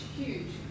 huge